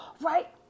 Right